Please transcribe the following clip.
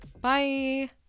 Bye